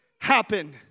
happen